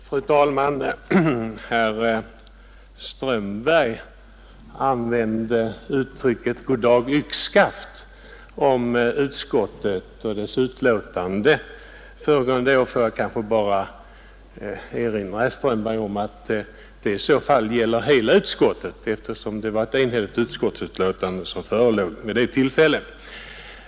Fru talman! Herr Strömberg använde uttrycket goddag — yxskaft om utskottet och dess betänkande föregående år. Får jag kanske bara erinra herr Strömberg om att det i så fall gäller hela utskottet eftersom det var ett enhälligt utskottsbetänkande som förelåg vid det tillfället.